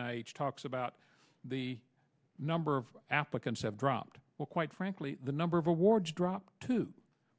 and talks about the number of applicants have dropped well quite frankly the number of awards dropped to